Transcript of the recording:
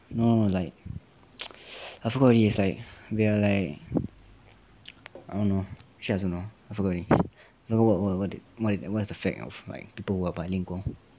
no no like I forgot already it's like we are like I don't know actually I also don't know I forgot already so what what did what what's the fact of like people who are bilingual